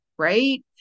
right